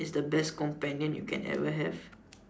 is the best companion you can ever have